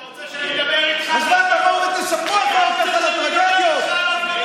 אתה רוצה שאני אדבר איתך על הפגנות אלימות?